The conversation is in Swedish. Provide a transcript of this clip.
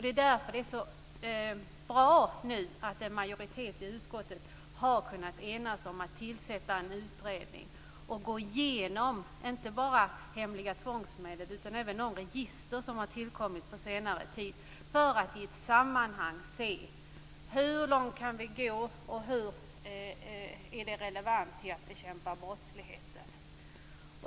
Det är därför det är så bra att en majoritet i utskottet nu har kunnat enas om att tillsätta en utredning och gå igenom inte bara hemliga tvångsmedel utan även de register som har tillkommit på senare tid för att i ett sammanhang se hur långt vi kan gå och hur relevant det är för att bekämpa brottsligheten.